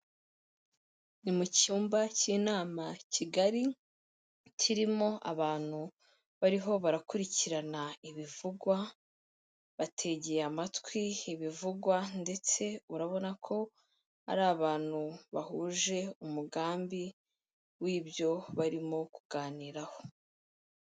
Ni mu cyumba cy'inama kigari, kirimo abantu bariho barakurikirana ibivugwa, bategeye amatwi ibivugwa ndetse urabona ko ari abantu bahuje umugambi w'ibyo barimo kuganiraho.